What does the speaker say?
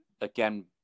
again